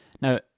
Now